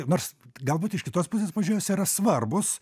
nors galbūt iš kitos pusės pažiūrėjus yra svarbūs